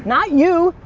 not you.